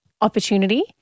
opportunity